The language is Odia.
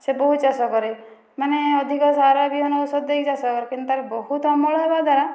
ସେ ବହୁତ ଚାଷ କରେ ମାନେ ଅଧିକ ସାର ବିହନ ଔଷଧ ଦେଇ ଚାଷ କରେ କିନ୍ତୁ ତାର ବହୁତ ଅମଳ ହେବା ଦ୍ୱାରା